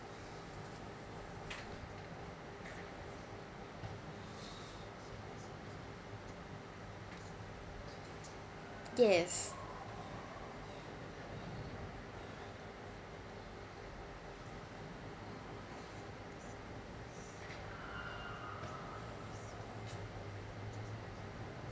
yes